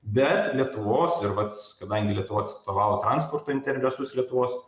bet lietuvos ir vats kadangi lietuva atstovavo transporto interesus lietuvos